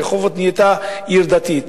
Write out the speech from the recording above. רחובות נהייתה עיר דתית?